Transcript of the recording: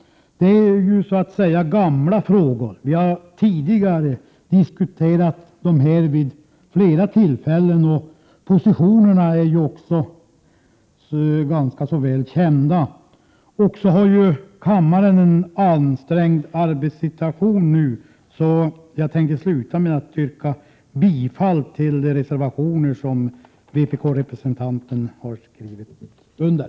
Det är ju gamla frågor som vi har diskuterat vid flera tidigare tillfällen. Positionerna är också ganska väl kända. Med tanke på kammarens ansträngda arbetssituation avslutar jag mitt anförande med att yrka bifall till de reservationer som vpk-representanten i utskottet har skrivit under.